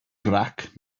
grac